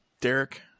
Derek